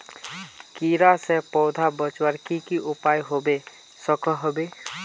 कीड़ा से पौधा बचवार की की उपाय होबे सकोहो होबे?